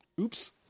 Oops